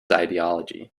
ideology